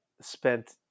spent